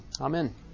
Amen